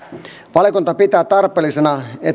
valiokunta pitää tarpeellisena että edustustoverkon